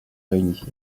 réunifié